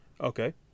Okay